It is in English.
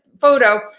photo